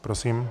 Prosím.